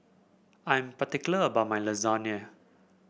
I'm particular about my Lasagne